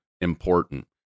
important